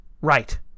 Right